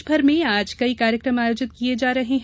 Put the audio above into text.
प्रदेशमर में आज कई कार्यक्रम आयोजित किये जा रहे हैं